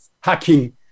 hacking